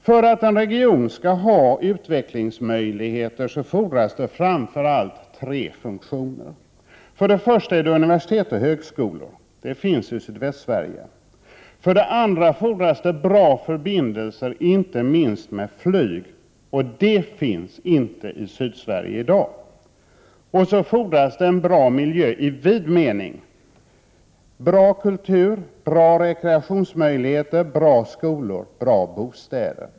För att en region skall ha utvecklingsmöjligheter fordras det framför allt tre funktioner. För det första är det universitet och högskolor. Det finns i Sydvästsverige. För det andra fordras det bra förbindelser, inte minst med flyg. Det finns inte i Sydsverige i dag. För det tredje fordras det en bra miljö i vid mening; bra kultur, bra rekreationsmöjligheter, bra skolor, bra bostäder.